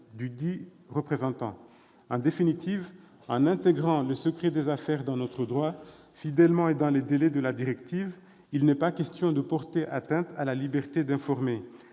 dudit représentant. En définitive, en intégrant le secret des affaires dans notre droit, fidèlement et dans les délais de la directive, il n'est pas question de porter atteinte à la liberté d'informer.